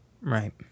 Right